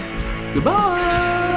Goodbye